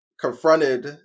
confronted